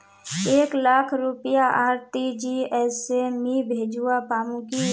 एक लाख रुपया आर.टी.जी.एस से मी भेजवा पामु की